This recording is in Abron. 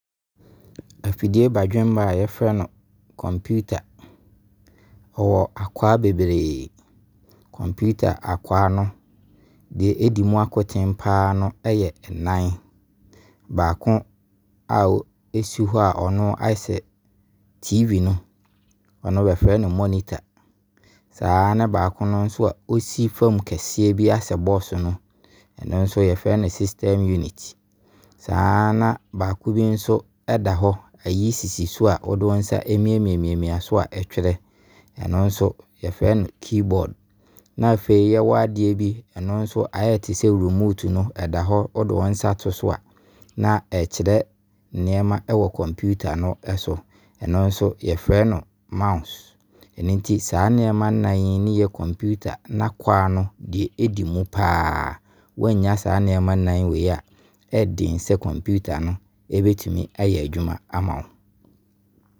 Afidie badwenmma a yɛfrɛ no computer no ɛwɔ akwaa bebree. Computer akwaa no deɛ ɛdi mu akotene paa no ɛyɛ nnan. Baako a ɛsi hɔ a, ɛno ayɛ tv no, ɛno yɛfrɛ no monitor. Saa ne baako no nso a ɔsi fam keseɛ bi a ayɛ sɛ box no, ɛno nso yɛfrɛ no system unit. Saa na baako bi nso ɛda hɔ, ayi sisi so a wode wo nsa ɛmiamia so a ɛtwerɛ. Ɛno no yɛfrɛ no keyboard. Na afei yɛwɔ adeɛ bi a ayɛ te sɛ remote no, ɛda hɔ. Wo de wo nsa to so a na ɛkyerɛ nneɛma wɔ computer no ɛso. Ɛno nso yɛfrɛ no mouse. Ɛno nti saa nneɛma nnan yi ne yɛ computer no n'akwaa no deɛ ɛdi mu paa. Wannya saa nneɛma nnan wie yi a, ɛden sɛ computer no ɛbɛtumi ayɛ adwuma ama wo.